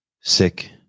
sick